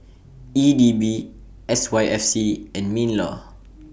E D B S Y F C and MINLAW